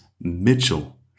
Mitchell